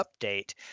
update